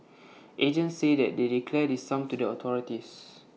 agents say they declare this sum to the authorities